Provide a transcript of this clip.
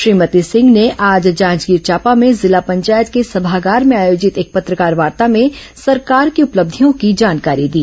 श्रीमती सिंह आज जांजगीर चांपा में जिला पंचायत के सभागार में आयोजित एक पत्रकारवार्ता में सरकार की उपलब्धियों की जानकारी दी